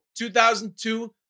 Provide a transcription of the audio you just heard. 2002